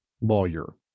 lawyer